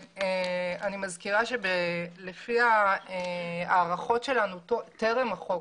אני מזכירה שלפי ההערכות שלנו טרם החוק,